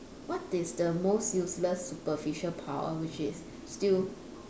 what is the most useless superficial power which is still